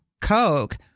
coke